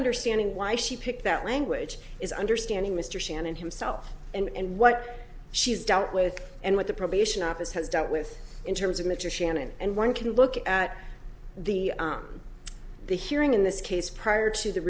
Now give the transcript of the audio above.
understanding why she picked that language is understanding mr shannon himself and what she's dealt with and what the probation office has dealt with in terms of mature shannen and one can look at the the hearing in this case prior to the